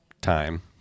time